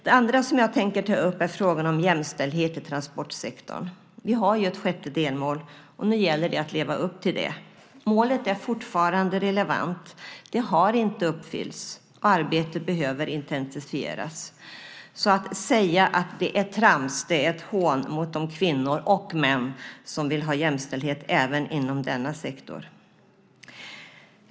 Det andra som jag tänker ta upp är frågan om jämställdhet i transportsektorn. Vi har ju ett sjätte delmål och nu gäller det att leva upp till det. Målet är fortfarande relevant. Det har inte uppfyllts. Arbetet behöver intensifieras. Att säga att det är trams är ett hån mot de kvinnor och män som vill ha jämställdhet även inom denna sektor.